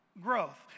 growth